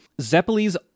Zeppeli's